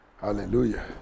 Hallelujah